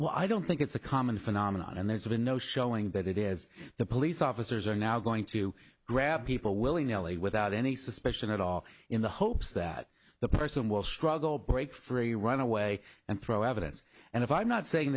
well i don't think it's a common phenomenon and there's been no showing that it is the police officers are now going to grab people willing l a without any suspicion at all in the hopes that the person will struggle break free run away and throw evidence and if i'm not saying